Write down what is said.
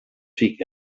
fica